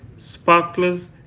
sparklers